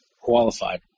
qualified